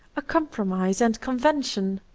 a compromise and convention.